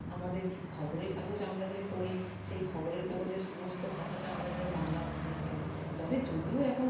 আমাদের খবরের কাগজ আমরা যে পড়ি সেই খবরের কাগজের সমস্ত ভাষাটা আমরা যেন বাংলা ভাষায় পাই তবে যদিও এখন